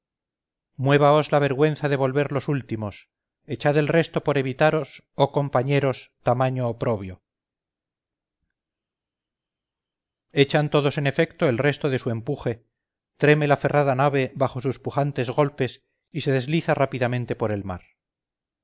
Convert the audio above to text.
muévaos las vergüenza de volver los últimos echad el resto por evitaros oh compañeros tamaño oprobio echan todos en efecto el resto de su empuje treme la ferrada nave bajo sus pujantes golpes y se desliza rápidamente por el mar